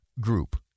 group